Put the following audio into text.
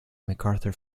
macarthur